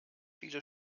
viele